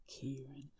Kieran